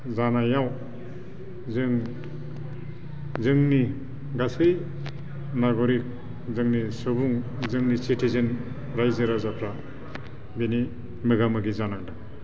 जानायाव जों जोंनि गासै नाग'रिग जोंनि सुबुं जोंनि सिटिजेन रायजो राजाफ्रा बेनि मोगा मोगि जानांदों